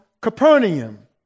Capernaum